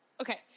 Okay